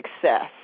success